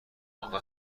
آخه